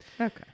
Okay